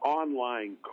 online